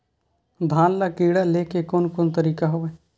धान ल कीड़ा ले के कोन कोन तरीका हवय?